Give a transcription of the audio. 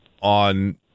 on